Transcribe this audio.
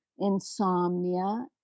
insomnia